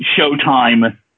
Showtime